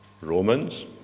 Romans